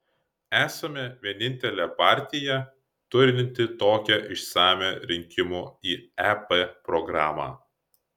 esame vienintelė partija turinti tokią išsamią rinkimų į ep programą